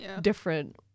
different